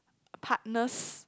partners